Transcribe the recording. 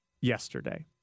yesterday